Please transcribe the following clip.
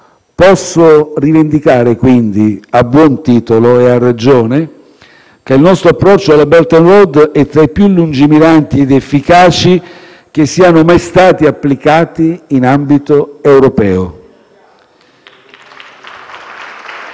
Posso rivendicare, quindi, a buon titolo, e a ragione, che il nostro approccio alla Belt and Road è tra i più lungimiranti ed efficaci che siano mai stati applicati in ambito europeo.